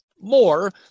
more